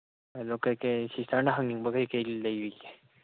ꯑꯗꯨ ꯀꯔꯤ ꯀꯔꯤ ꯁꯤꯁꯇꯔꯅ ꯍꯪꯅꯤꯡꯕ ꯀꯔꯤ ꯀꯔꯤ ꯂꯧꯔꯤꯒꯦ